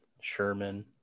Sherman